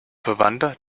verwandter